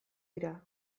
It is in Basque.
dira